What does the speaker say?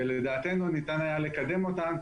ולדעתנו ניתן היה לקדם אותן.